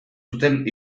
zuten